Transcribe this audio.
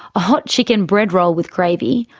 a hot chicken bread roll with gravy,